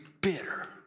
bitter